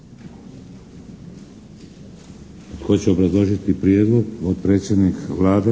Hvala.